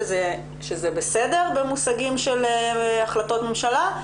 שזה בסדר במושגים של החלטות ממשלה,